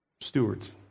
Stewards